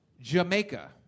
jamaica